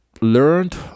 learned